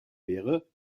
wäre